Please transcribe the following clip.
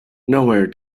nowhere